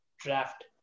Draft